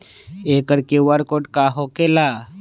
एकर QR code का होकेला?